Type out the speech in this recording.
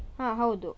ಹಾಂ ಹೌದು